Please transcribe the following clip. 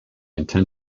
intend